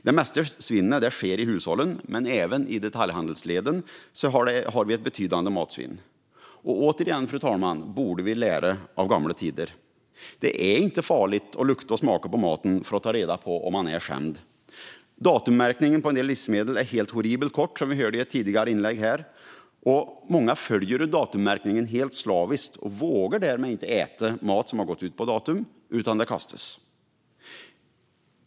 Det mesta av svinnet sker i hushållen, men även detaljhandelsledet har ett betydande matsvinn. Återigen, fru talman, borde vi lära av gamla tider. Det är inte farligt att lukta eller smaka på maten för att ta reda på om den är skämd. Datummärkningen på en del livsmedel är helt horribelt kort, som vi hörde i ett tidigare inlägg här, och många följer datummärkningen slaviskt och vågar därmed inte äta mat som gått ut utan kastar den.